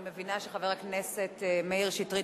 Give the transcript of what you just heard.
אני מבינה שחבר הכנסת מאיר שטרית,